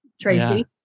Tracy